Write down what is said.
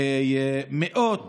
מאות